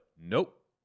nope